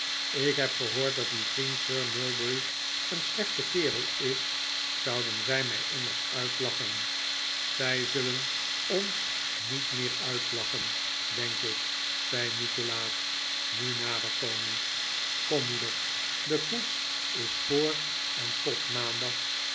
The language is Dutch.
ik heb gehoord dat uw vriend sir mulberry een slechte kerel is zouden zij mij immers uitlachen zij zullen ons niet meer uitlachen denk ik zei nikolaas nu nader komend kom moeder de koets is voor en tot maandag